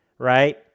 right